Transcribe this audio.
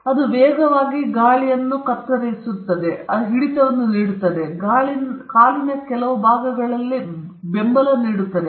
ಅದು ವೇಗವಾಗಿ ಗಾಳಿಯನ್ನು ಕತ್ತರಿಸಿ ಮಾಡುತ್ತದೆ ಅದು ಹಿಡಿತವನ್ನು ನೀಡುತ್ತದೆ ಇದು ಕಾಲಿನ ಕೆಲವು ಭಾಗಗಳಲ್ಲಿ ಕೆಲವು ಬೆಂಬಲವನ್ನು ನೀಡುತ್ತದೆ